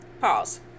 Pause